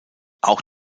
auch